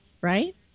Right